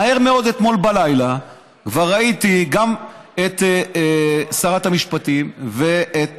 מהר מאוד אתמול בלילה כבר ראיתי את שרת המשפטים ואת